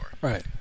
right